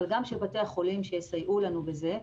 וגם של בתי החולים שיסייעו לנו בזה.